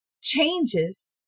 changes